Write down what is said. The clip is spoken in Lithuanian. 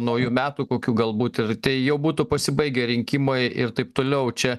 naujų metų kokių galbūt ir tai jau būtų pasibaigę rinkimai ir taip toliau čia